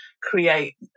create